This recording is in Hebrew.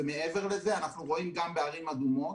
ומעבר לזה, אנחנו רואים גם בערים אדומות